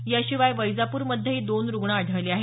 याशिवाय वैजाप्र मध्येही दोन रुग्ण आढळले आहेत